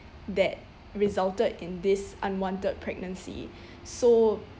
that resulted in this unwanted pregnancy so